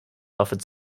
offered